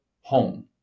home